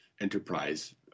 enterprise